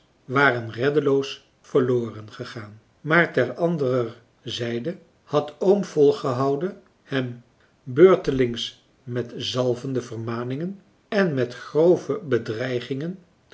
waren reddeloos verloren gegaan maar ter anderer zijde had oom volgehouden hem beurtelings met zalvende vermaningen en met grove bedreigingen